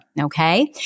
okay